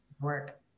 work